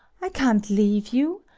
i can't leave you!